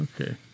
Okay